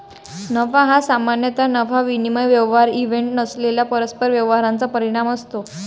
नफा हा सामान्यतः नफा विनिमय व्यवहार इव्हेंट नसलेल्या परस्पर व्यवहारांचा परिणाम असतो